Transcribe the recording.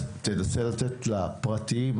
אז תנסה לה פרטים.